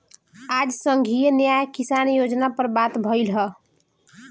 आज संघीय न्याय किसान योजना पर बात भईल ह